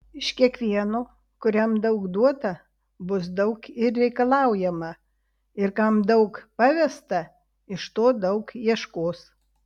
iš kiekvieno kuriam daug duota bus daug ir reikalaujama ir kam daug pavesta iš to daug ieškos